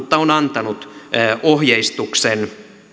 mutta on antanut ohjeistuksen